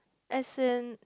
as in